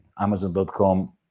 Amazon.com